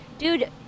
Dude